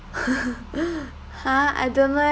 ha I don't like